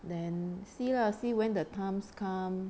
then see lah see when the times come